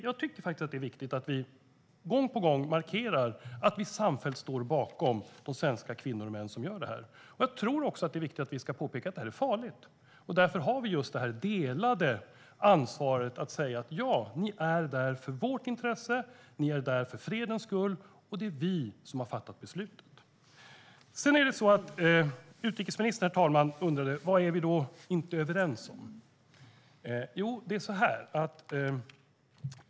Jag tycker att det är viktigt att vi gång på gång markerar att vi samfällt står bakom de svenska kvinnor och män som deltar. Det är också viktigt att vi påpekar att det är farligt. Därför har vi det delade ansvaret att säga: Ja, ni är där för vårt intresse, ni är där för fredens skull, och det är vi som har fattat beslutet. Utrikesministern undrade, herr talman, vad det är vi inte är överens om.